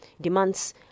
demands